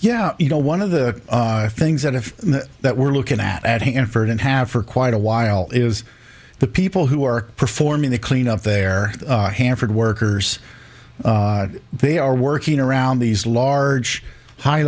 yeah you know one of the things that if that we're looking at at hanford and have for quite a while is the people who are performing the cleanup there hampered workers they are working around these large high